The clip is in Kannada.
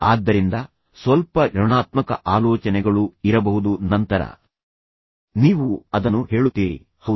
ಆದ್ದರಿಂದ ಸ್ವಲ್ಪ ಋಣಾತ್ಮಕ ಆಲೋಚನೆಗಳು ಇರಬಹುದು ಆದರೆ ನಂತರ ನೀವು ಹುರಿದುಂಬಿಸುತ್ತೀರಿ ಮತ್ತು ನಂತರ ನೀವು ಅದನ್ನು ಹೇಳುತ್ತೀರಿ ಹೌದು